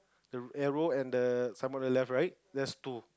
the arrow and the samurai left right less two